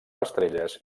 estrelles